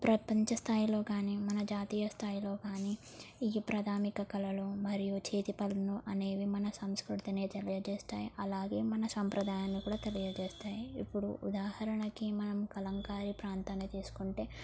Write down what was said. ప్రపంచ స్థాయిలో కానీ మన జాతీయ స్థాయిలో కానీ ఈ ప్రాథమిక కళలు మరియు చేతి పనులు అనేవి మన సంస్కృతిని తెలియజేస్తాయి అలాగే మన సంప్రదాయాన్ని కూడా తెలియజేస్తాయి ఇప్పుడు ఉదాహరణకి మనం కలంకారి ప్రాంతాన్ని తీసుకుంటే